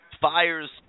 fires